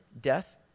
death